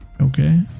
Okay